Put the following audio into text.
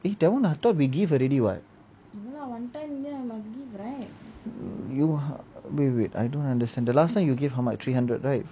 eh that [one] I thought we give already [what] you wait wait I don't understand the last time you give how much three hundred right